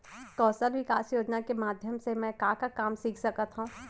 कौशल विकास योजना के माधयम से मैं का का काम सीख सकत हव?